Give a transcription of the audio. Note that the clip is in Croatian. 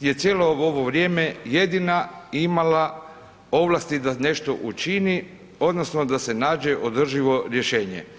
je cijelo ovo vrijeme jedina imala ovlasti da nešto učini odnosno da se nađe održivo rješenje.